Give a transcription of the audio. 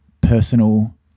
personal